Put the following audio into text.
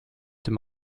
dem